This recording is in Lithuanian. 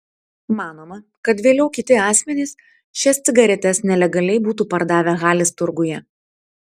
manoma kad vėliau kiti asmenys šias cigaretes nelegaliai būtų pardavę halės turguje